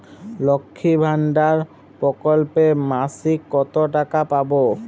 লক্ষ্মীর ভান্ডার প্রকল্পে মাসিক কত টাকা পাব?